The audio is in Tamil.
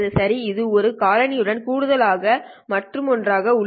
சரி இது ஒரு காரணி உடன் கூடுதலாக மற்றுஒன்றும் உள்ளது